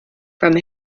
from